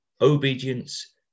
Obedience